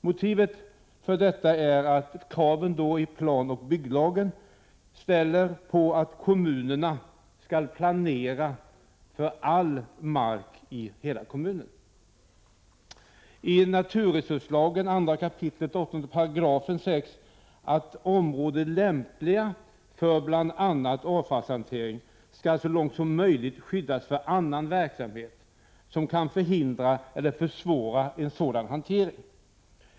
Motivet för detta är de krav som ställs i planoch bygglagen på att kommunerna skall planera markanvändningen i hela kommunen. I 2 kap. 8§ naturresurslagen sägs det att områden lämpliga för bl.a. avfallshantering så långt som möjligt skall skyddas för annan verksamhet som kan förhindra eller försvåra en sådan hantering.